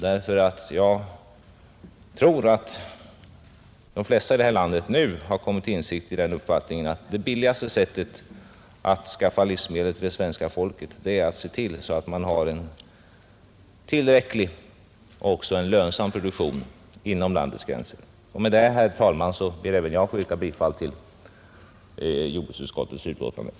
Jag tror nämligen att de flesta här i landet nu har kommit till insikt om att det billigaste sättet att skaffa livsmedel åt svenska folket är att se till att vi har en tillräcklig och en lönsam jordbruksproduktion inom landets gränser. Herr talman! Med det anförda ber även jag att få yrka bifall till utskottets hemställan.